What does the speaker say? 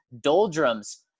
doldrums